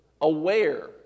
aware